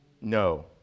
no